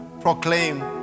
proclaim